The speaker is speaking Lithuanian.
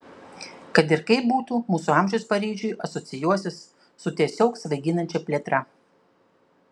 kad ir kaip būtų mūsų amžius paryžiui asocijuosis su tiesiog svaiginančia plėtra